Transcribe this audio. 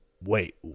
wait